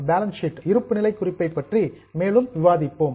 balance sheet இருப்பு நிலை குறிப்பை பற்றி மேலும் விவாதிப்போம்